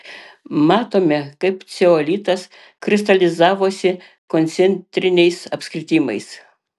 matome kaip ceolitas kristalizavosi koncentriniais apskritimais